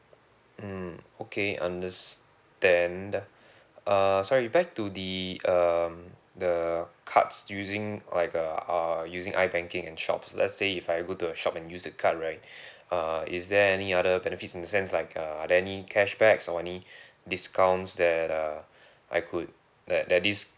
mm okay understand uh sorry back to the um the cards using or like a uh using ibanking and shops let's say if I go to a shop and use the card right uh is there any other benefits in sense like uh are there any cashbacks or any discounts that uh I could that that this